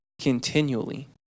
continually